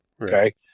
okay